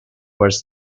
was